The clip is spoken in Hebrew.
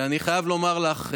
אני חייב לומר לך,